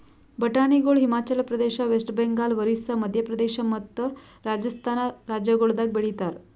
ಬಟಾಣಿಗೊಳ್ ಹಿಮಾಚಲ ಪ್ರದೇಶ, ವೆಸ್ಟ್ ಬೆಂಗಾಲ್, ಒರಿಸ್ಸಾ, ಮದ್ಯ ಪ್ರದೇಶ ಮತ್ತ ರಾಜಸ್ಥಾನ್ ರಾಜ್ಯಗೊಳ್ದಾಗ್ ಬೆಳಿತಾರ್